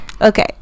Okay